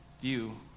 view